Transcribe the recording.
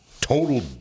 total